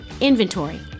inventory